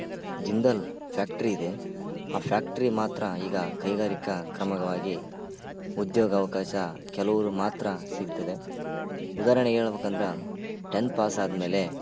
Jindal factory ಇದೆ ಆ factory ಮಾತ್ರ ಈಗ ಕೈಗಾರಿಕಾ ಕ್ರಮವಾಗಿ ಉದ್ಯೋಗಾವಕಾಶ ಕೆಲವರು ಮಾತ್ರ ಸಿಗ್ತಿದೆ ಉದಾಹರಣೆಗೆ ಹೇಳ್ಬೇಕಂದ್ರ ಟೆಂತ್ ಪಾಸಾದ್ಮೇಲೆ